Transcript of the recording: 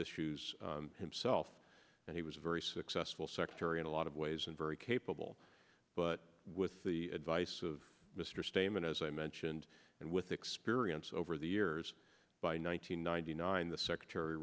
issues himself and he was very successful secretary in a lot of ways and very capable but with the advice of mr stayman as i mentioned and with experience over the years by nine hundred ninety nine the secretary